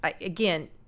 again